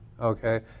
okay